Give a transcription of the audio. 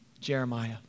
Jeremiah